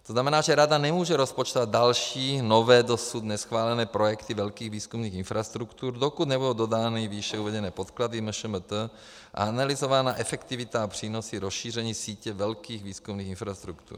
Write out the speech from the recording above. To znamená, že rada nemůže rozpočtovat další nové, dosud neschválené projekty velkých výzkumných infrastruktur, dokud nebudou dodány výše uvedené podklady MŠMT, analyzována efektivita přínosu rozšíření sítě velkých výzkumných infrastruktur.